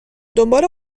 دنبال